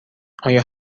آیا